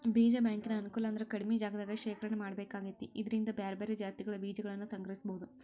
ಬೇಜ ಬ್ಯಾಂಕಿನ ಅನುಕೂಲ ಅಂದ್ರ ಕಡಿಮಿ ಜಗದಾಗ ಶೇಖರಣೆ ಮಾಡ್ಬೇಕಾಕೇತಿ ಇದ್ರಿಂದ ಬ್ಯಾರ್ಬ್ಯಾರೇ ಜಾತಿಗಳ ಬೇಜಗಳನ್ನುಸಂಗ್ರಹಿಸಬೋದು